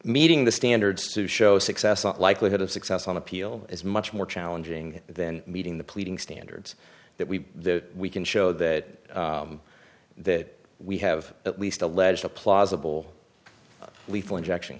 meeting the standards to show success and likelihood of success on appeal is much more challenging than meeting the pleading standards that we that we can show that that we have at least alleged a plausible lethal injection